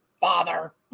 father